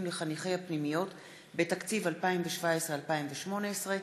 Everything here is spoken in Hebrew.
לחניכי הפנימיות בתקציב 2017 2018,